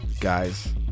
guys